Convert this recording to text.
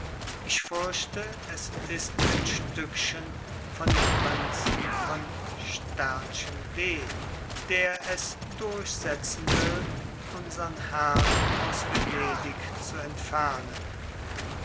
ich fürchte es ist ein stückchen von dem prinzen von d der es durchsetzen will unsern herrn aus venedig zu entfernen